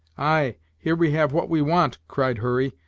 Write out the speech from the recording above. ay, here we have what we want, cried hurry,